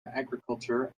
agriculture